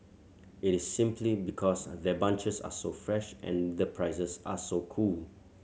it is simply because their bunches are so fresh and the prices are so cool